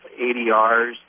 ADRs